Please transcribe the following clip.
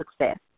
success